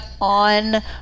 on